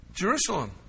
Jerusalem